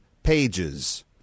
Pages